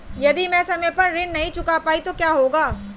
यदि मैं समय पर ऋण नहीं चुका पाई तो क्या होगा?